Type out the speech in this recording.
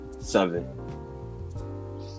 seven